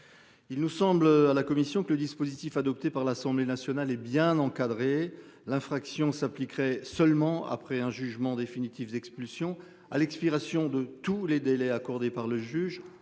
Il nous semble à la commission que le dispositif adopté par l'Assemblée nationale et bien encadré. L'infraction s'appliqueraient seulement après un jugement définitif d'expulsion à l'expiration de tous les délais accordés par le juge